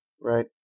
Right